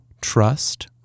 trust